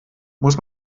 muss